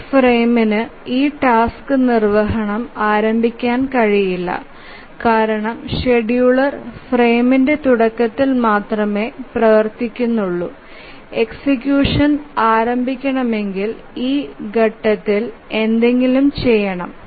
ഈ ഫ്രെയിമിന് ഈ ടാസ്ക് നിർവ്വഹണം ആരംഭിക്കാൻ കഴിയില്ല കാരണം ഷെഡ്യൂളർ ഫ്രെയിമിന്റെ തുടക്കത്തിൽ മാത്രമേ പ്രവർത്തിക്കുന്നുള്ളൂ എക്സിക്യൂഷൻ ആരംഭിക്കണമെങ്കിൽ ഈ ഘട്ടത്തിൽ എന്തെകിലും ചെയ്യണം